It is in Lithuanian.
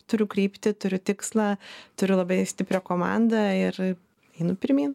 turiu kryptį turiu tikslą turiu labai stiprią komandą ir einu pirmyn